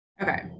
Okay